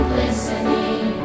listening